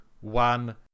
one